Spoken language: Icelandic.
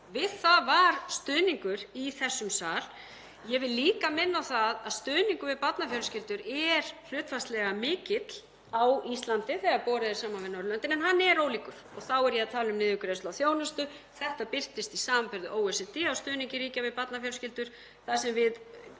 Við það var stuðningur í þessum sal. Ég vil líka minna á það að stuðningur við barnafjölskyldur er hlutfallslega mikill á Íslandi þegar borið er saman við önnur Norðurlönd en hann er ólíkur og þá er ég að tala um niðurgreiðslu á þjónustu. Þetta birtist í samanburði OECD á stuðningi ríkja við barnafjölskyldur þar sem við